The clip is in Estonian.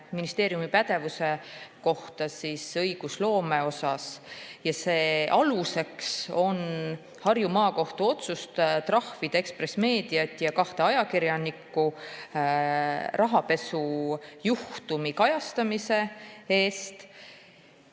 ministeeriumi pädevuse kohta õigusloome osas. Aluseks on Harju Maakohtu otsus trahvida Ekspress Meediat ja kahte ajakirjanikku rahapesujuhtumi kajastamise eest.